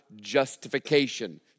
justification